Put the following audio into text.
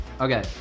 Okay